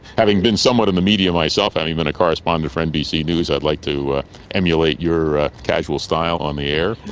having been somewhat in the media myself and even a correspondent for nbc news i'd like to emulate your casual style on the air.